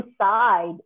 inside